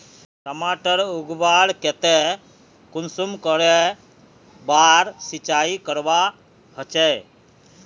टमाटर उगवार केते कुंसम करे बार सिंचाई करवा होचए?